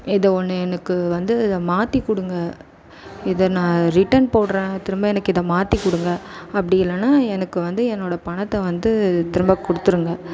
இது ஒன்று எனக்கு வந்து மாற்றி கொடுங்க இதை நான் ரிட்டர்ன் போடுறேன் திரும்ப எனக்கு இதை மாற்றி கொடுங்க அப்படில்லனா எனக்கு வந்து என்னோடய பணத்தை வந்து திரும்ப கொடுத்துருங்க